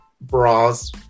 bras